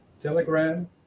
Telegram